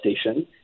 Station